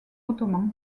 ottoman